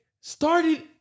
started